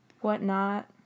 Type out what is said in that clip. whatnot